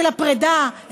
של הפרידה,